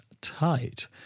tight